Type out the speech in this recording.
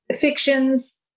fictions